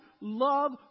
love